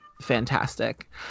fantastic